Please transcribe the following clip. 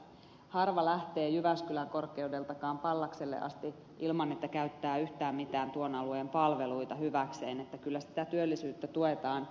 harva lähtee jyväskylän korkeudeltakaan pallakselle asti ilman että käyttää yhtään mitään tuon alueen palveluita hyväkseen joten kyllä sitä työllisyyttä tuetaan